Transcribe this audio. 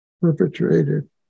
perpetrated